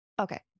okay